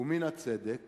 ומן הצדק